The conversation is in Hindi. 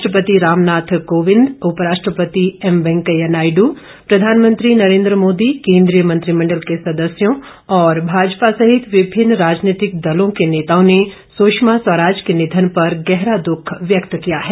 राष्ट्रपति रामनाथ कोविंद उपराष्ट्रपति एम वेंकैया नायडू प्रधानमंत्री नरेन्द्र मोदी केंद्रीय मंत्रिमण्डल के सदस्यों और भाजपा सहित विभिन्न राजनीतिक दलों के नेताओं ने सुषमा स्वराज के निधन पर गहरा दुख व्यक्त किया है